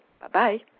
Bye-bye